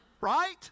Right